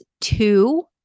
two